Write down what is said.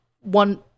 one